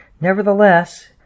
Nevertheless